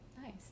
nice